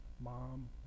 mom